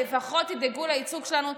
לפחות תדאגו לייצוג שלנו,